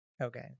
okay